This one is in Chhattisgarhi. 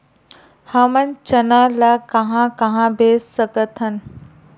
हमन चना ल कहां कहा बेच सकथन?